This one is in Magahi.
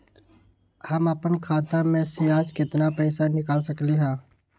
हम अपन खाता में से आज केतना पैसा निकाल सकलि ह?